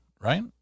right